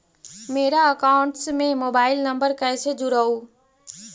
मेरा अकाउंटस में mobile number कैसे जुड़उ?